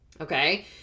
Okay